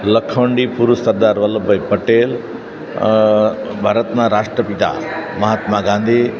લોખંડી પુરુષ સરદાર વલ્લભભાઈ પટેલ ભારતના રાષ્ટ્ર પિતા મહાત્મા ગાંધી